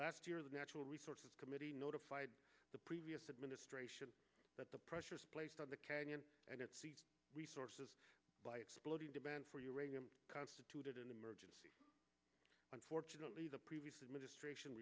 last year the natural resources committee notified the previous administration that the pressures placed on the canyon and its resources by exploding demand for uranium constituted an emergency unfortunately the previous administration